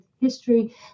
history